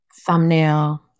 Thumbnail